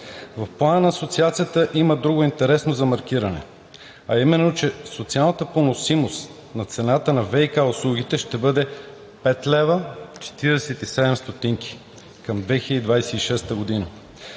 В Плана на Асоциацията има друго интересно за маркиране, а именно, че социалната поносимост на цената на ВиК услугите ще бъде 5,47 лв. към 2026 г.,